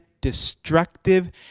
destructive